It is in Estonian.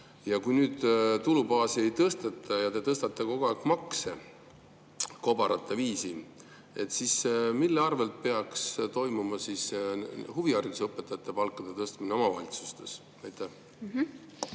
Kui nüüd tulubaasi ei tõsteta ja te tõstate kogu aeg kobarate viisi makse, siis mille arvelt peaks toimuma huvihariduse õpetajate palkade tõstmine omavalitsustes?